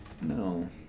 no